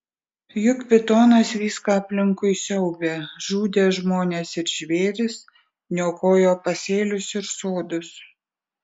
juk pitonas viską aplinkui siaubė žudė žmones ir žvėris niokojo pasėlius ir sodus